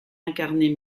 incarner